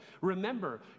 Remember